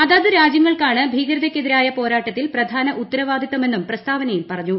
അതത് രാജ്യങ്ങാണ് ഭീകരതയ്ക്കെ തിരായ പോരാട്ടത്തിൽ പ്രധാന ഉത്തരവാദിത്തമെന്നും പ്രസ്ത്രീാവനയിൽ പറഞ്ഞു